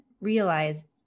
realized